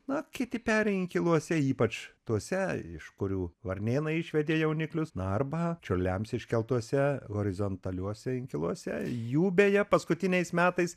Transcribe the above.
na kiti peri inkiluose ypač tuose iš kurių varnėnai išvedė jauniklius na arba čiurliams iškeltuose horizontaliuose inkiluose jų beje paskutiniais metais